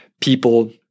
people